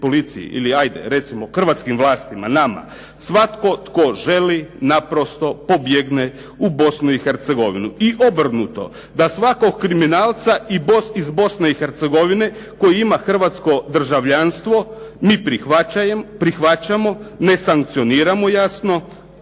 policiji ili ajde recimo hrvatskim vlastima nama, svatko tko želi naprosto pobjegne u Bosnu i Hercegovinu i obrnuo. Da svakog kriminalca iz Bosne i Hercegovine koji ima hrvatsko državljanstvo mi prihvaćamo, ne sankcioniramo jasno